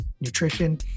nutrition